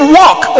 walk